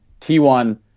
T1